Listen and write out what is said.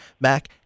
mac